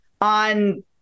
on